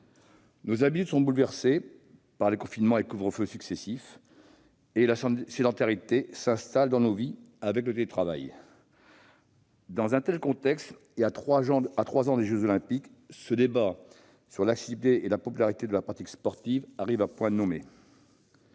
Nos habitudes sont bouleversées par les confinements et couvre-feux successifs. La sédentarité s'installe dans nos vies avec le télétravail. Dans un tel contexte, à trois ans des jeux Olympiques, ce débat sur l'activité et la popularité de la pratique sportive arrive à point nommé.